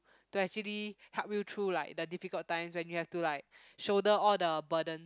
to actually help you through like the difficult times when you have to like shoulder all the burden